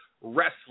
wrestling